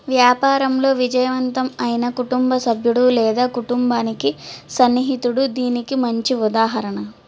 వ్యాపారంలో విజయవంతం అయిన కుటుంబ సభ్యుడు లేదా కుటుంబానికి సన్నిహితుడు దీనికి మంచి ఉదాహరణ